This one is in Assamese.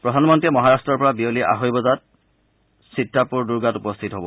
প্ৰধানমন্ত্ৰীয়ে মহাৰাট্টৰ পৰা বিয়লি আঢ়ৈ বজাত বজাত চিত্ৰাৰদূৰ্গাত উপস্থিত হব